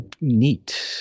neat